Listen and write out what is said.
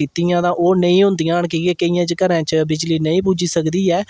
कीतियां तां ओह् नेईं होन्दियां न की के केइयें घरें च बिजली नेईं पुज्जी सकदी ऐ